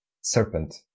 serpent